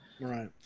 Right